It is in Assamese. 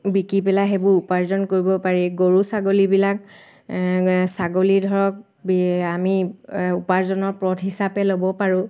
বিকি পেলাই সেইবোৰ উপাৰ্জন কৰিব পাৰি গৰু ছাগলীবিলাক ছাগলী ধৰক আমি উপাৰ্জনৰ পথ হিচাপে ল'ব পাৰোঁ